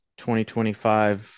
2025